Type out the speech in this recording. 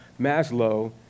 Maslow